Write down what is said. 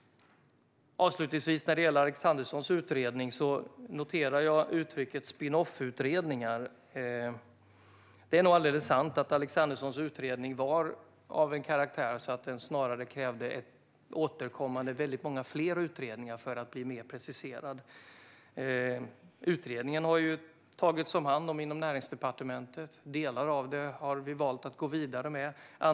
Avslutningsvis vill jag när det gäller Alexanderssons utredning säga att jag noterar uttrycket spin off-utredningar. Det är nog sant att Alexanderssons utredning var av en sådan karaktär att det krävdes många fler utredningar för att den skulle preciseras ytterligare. Utredningen har tagits om hand inom Näringsdepartementet. Delar av det som kom fram har vi valt att gå vidare med.